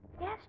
Yes